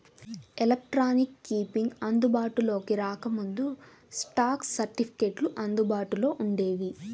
electronic keeping అందుబాటులోకి రాకముందు, stock సర్టిఫికెట్లు అందుబాటులో వుండేవి